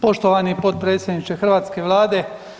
Poštovani potpredsjedniče hrvatske Vlade.